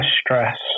stress